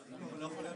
(3) או (5)".